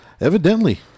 Evidently